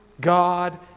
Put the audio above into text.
God